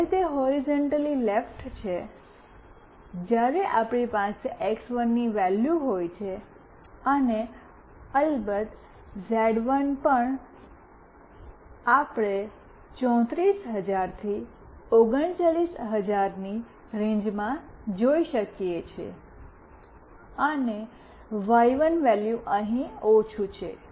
જ્યારે તે horizontally left છે જ્યારે આપણી પાસે એક્સ1 ની વેલ્યુ હોય છે અને અલબત્ત ઝેડ1 પણ આપણે 34000 થી 39000 ની રેન્જમાં જોઈ શકીએ છીએ અને વાય1 વેલ્યુ અહીં ઓછું છે